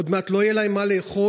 עוד מעט לא יהיה להם מה לאכול,